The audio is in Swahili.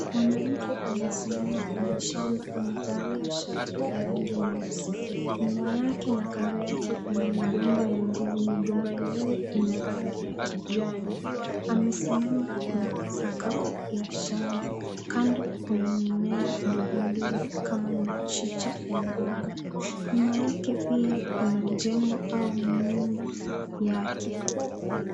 Mwanamke amesimama kwenye shamba amevalia shati ya rangi nyeusi, nyuma yake na kando yake kuna migomba ya ndizi, migomba yenye ina rangi ya kijani, amesimama kwenye sakafu ya shamba, kando kuna mimea ndogo ndogo kama michicha ya mboga, nyuma yake pia kuna jengo au nyumba yake.